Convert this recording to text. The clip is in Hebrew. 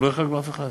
לא החרגנו אף אחד.